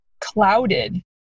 clouded